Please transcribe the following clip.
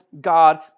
God